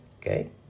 okay